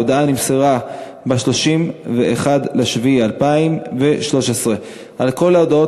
ההודעה נמסרה ב-31 ביולי 2013. על כל ההודעות